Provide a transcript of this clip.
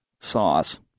sauce